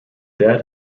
dead